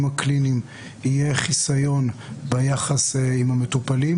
הקליניים יהיה חיסיון ביחס עם המטופלים.